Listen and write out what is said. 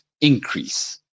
increase